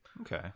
Okay